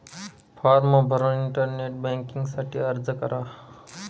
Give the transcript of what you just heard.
form भरून internet banking साठी अर्ज करा